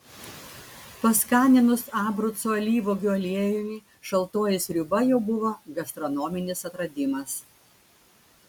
paskaninus abrucų alyvuogių aliejumi šaltoji sriuba jau buvo gastronominis atradimas